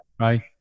right